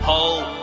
Hold